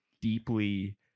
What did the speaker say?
deeply